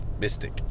Mystic